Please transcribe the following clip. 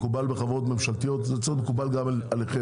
מקובל ממשלתיות וזה צריך להיות מקובל גם עליכם,